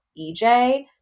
EJ